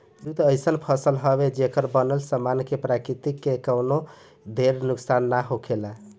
jute अइसन फसल हवे, जेकर बनल सामान से प्रकृति के कवनो ढेर नुकसान ना होखेला